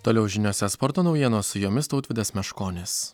toliau žiniose sporto naujienos su jomis tautvydas meškonis